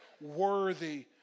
worthy